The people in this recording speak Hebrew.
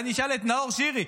אולי נשאל את נאור שירי.